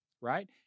right